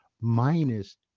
minus